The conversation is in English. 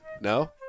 No